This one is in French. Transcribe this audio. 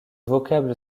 vocable